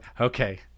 Okay